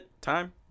time